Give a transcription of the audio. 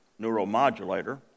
neuromodulator